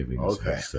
Okay